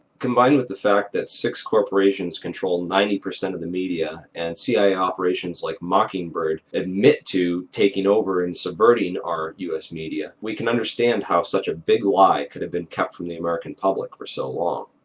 combined with the fact that six corporations control ninety percent of the media and cia operations like mockingbird admit to taking over and subverting our us media, we can understand how such a big lie could have been kept from the american public for so long.